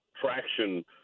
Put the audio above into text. traction